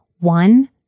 one